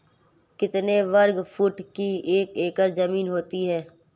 कितने वर्ग फुट की एक एकड़ ज़मीन होती है?